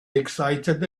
excited